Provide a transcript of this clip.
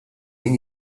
min